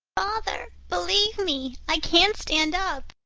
father, believe me, i can't stand up.